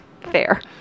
fair